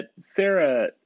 Sarah